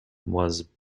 was